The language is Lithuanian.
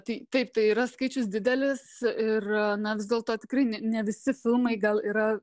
tai taip tai yra skaičius didelis ir na vis dėlto tikrai ne ne visi filmai gal yra